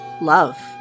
love